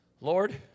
Lord